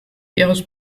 ihres